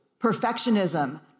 perfectionism